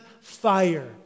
fire